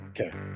Okay